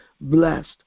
blessed